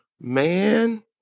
man